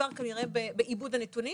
הפער כנראה בעיבוד הנתונים.